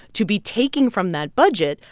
to be taking from that budget,